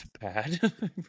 bad